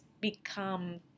become